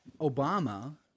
Obama